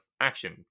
action